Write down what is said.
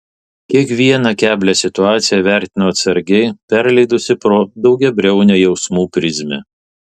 kiekvieną keblią situaciją vertino atsargiai perleidusi pro daugiabriaunę jausmų prizmę